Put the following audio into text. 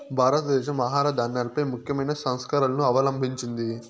భారతదేశం ఆహార ధాన్యాలపై ముఖ్యమైన సంస్కరణలను అవలంభించింది